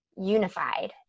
unified